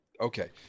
okay